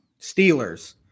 Steelers